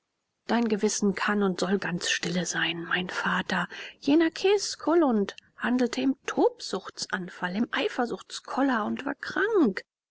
dein gewissen kann und soll ganz stille sein mein vater jener kis kollund handelte im tobsuchtsanfall im eifersuchtskoller und war krank